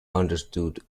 understood